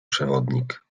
przewodnik